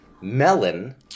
melon